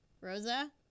rosa